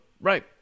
right